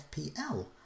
fpl